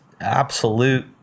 absolute